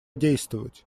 действовать